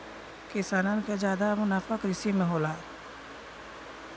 किसानन क जादा मुनाफा कृषि में होला